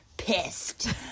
pissed